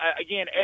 again